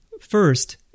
First